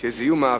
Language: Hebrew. הצעות מס' 1102,